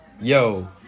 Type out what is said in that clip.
Yo